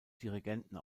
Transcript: dirigenten